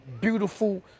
beautiful